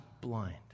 blind